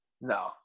No